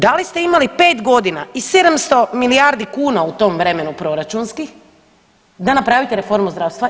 Da li ste imali 5.g. i 700 milijardi kuna u tom vremenu proračunskih da napravite reformu zdravstva?